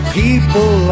people